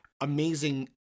amazing